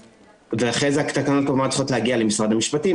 ואחרי זה התקנות כמובן צריכות להגיע למשרד המשפטים,